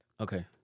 Okay